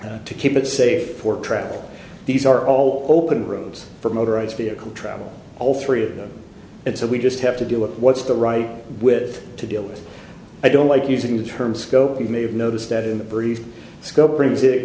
road to keep it safe travel these are all open rooms for motorized vehicle travel all three of them and so we just have to deal with what's the right with to deal with i don't like using the term scope you may have noticed that in the brief discoveries it